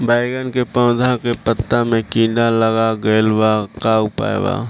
बैगन के पौधा के पत्ता मे कीड़ा लाग गैला पर का उपाय बा?